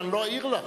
אבל אני לא אעיר לך.